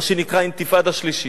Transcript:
מה שנקרא, אינתיפאדה שלישית.